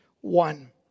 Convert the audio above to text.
one